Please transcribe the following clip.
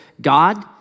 God